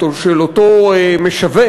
של אותו משווק,